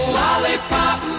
lollipop